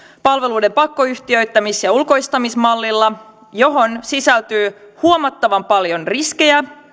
palveluiden pakkoyhtiöittämis ja ulkoistamismallilla johon sisältyy huomattavan paljon riskejä